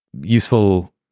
useful